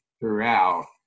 throughout